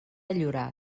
llorac